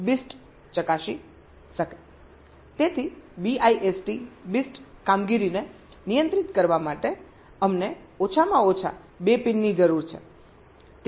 તેથી BIST કામગીરીને નિયંત્રિત કરવા માટે અમને ઓછામાં ઓછા 2 પિનની જરૂર છે